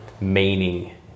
meaning